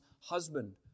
husband